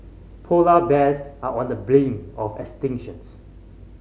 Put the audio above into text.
polar bears are on the brink of extinctions